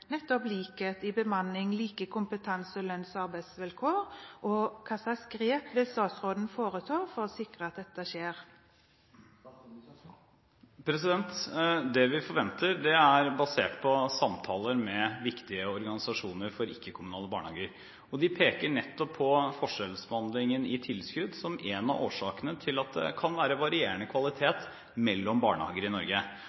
nettopp likhet i bemanning, kompetanse og lønns- og arbeidsvilkår? Og hva slags grep vil statsråden foreta for å sikre at dette skjer? Det vi forventer, er basert på samtaler med viktige organisasjoner for ikke-kommunale barnehager. De peker nettopp på forskjellsbehandlingen i tilskudd som en av årsakene til at det kan være varierende